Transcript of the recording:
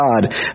God